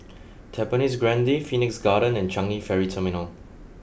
Tampines Grande Phoenix Garden and Changi Ferry Terminal